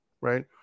right